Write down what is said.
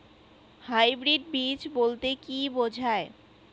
Hybrid বীজ বলতে কী বোঝায়?